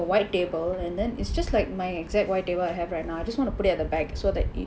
a white table and then it's just like my exact white table I have right now I just wanna put it at the back so that it